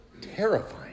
terrifying